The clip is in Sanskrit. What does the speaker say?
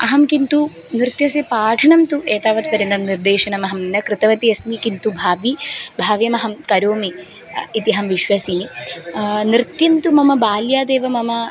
अहं किन्तु नृत्यस्य पाठनं तु एतावत् पर्यन्तं निर्देशनमहं न कृतवती अस्मि किन्तु भावि भाव्यमहं करोमि इति अहं विश्वसिमि नृत्यं तु मम बाल्यादेव मम